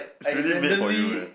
is really made for you eh